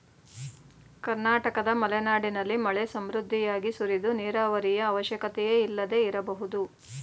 ಕರ್ನಾಟಕದ ಮಲೆನಾಡಿನಲ್ಲಿ ಮಳೆ ಸಮೃದ್ಧಿಯಾಗಿ ಸುರಿದು ನೀರಾವರಿಯ ಅವಶ್ಯಕತೆಯೇ ಇಲ್ಲದೆ ಇರಬಹುದು